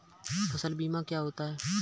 फसल बीमा क्या होता है?